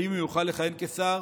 האם הוא יוכל לכהן כשר?